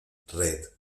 red